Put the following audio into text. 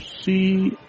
see